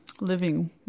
living